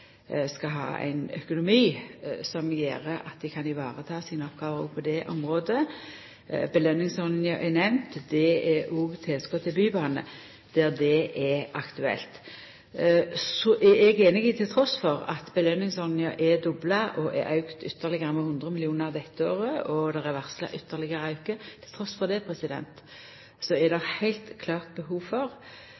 skal ha ein økonomi som gjer at dei kan vareta sine oppgåver òg på det området. Belønningsordninga er nemnd, det er òg tilskottet til bybane der det er aktuelt. Eg er einig i at trass i at belønningsordninga er dobla og auka ytterlegare med 100 mill. kr dette året og det er varsla ein ytterlegare auke, er det